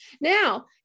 now